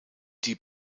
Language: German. die